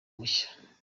mushya